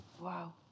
Wow